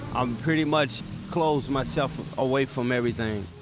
um pretty much closed myself away from everything.